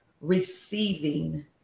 receiving